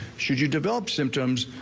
should you develop symptoms.